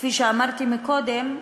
כפי שאמרתי קודם,